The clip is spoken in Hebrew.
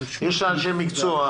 יש לה אנשי מקצוע,